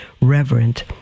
reverent